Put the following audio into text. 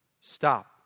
Stop